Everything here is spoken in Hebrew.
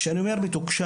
כשאני אומר מתוקשב,